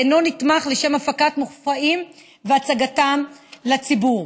ואינו נתמך לשם הפקת מופעים והצגתם לציבור.